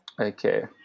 Okay